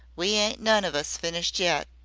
we ain't none of us finished yet.